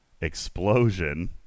Explosion